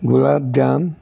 gulab jam